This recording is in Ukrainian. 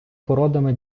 породами